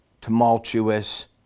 tumultuous